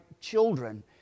children